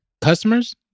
customers